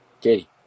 Katie